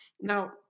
now